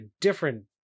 different